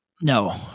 No